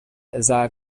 azad